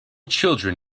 children